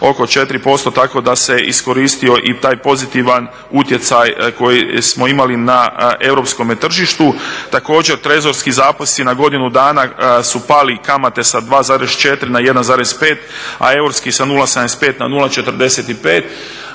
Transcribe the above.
oko 4% tako da se iskoristio i taj pozitivan utjecaj koji smo imali na europskom tržištu. Također trezorski zapisi na godinu dana su pali kamate sa 2,4 na 1,5, a eurski sa 0,75 na 0,45.